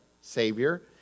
savior